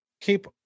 Keep